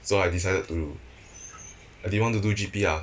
so I decided to I didn't want to do G_P ah